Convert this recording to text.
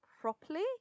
properly